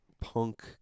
punk